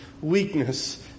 Weakness